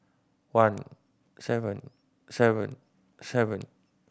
one seven seven seven